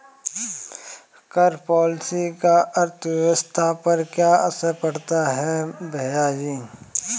कर पॉलिसी का अर्थव्यवस्था पर क्या असर पड़ता है, भैयाजी?